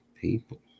people